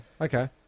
Okay